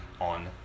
on